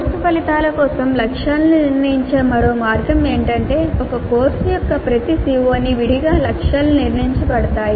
course ఫలితాల కోసం లక్ష్యాలను నిర్ణయించే మరో మార్గం ఏమిటంటే ఒక కోర్సు యొక్క ప్రతి CO కి విడిగా లక్ష్యాలు నిర్ణయించబడతాయి